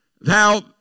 thou